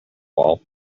wall